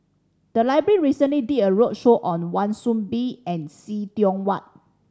the library recently did a roadshow on Wan Soon Bee and See Tiong Wah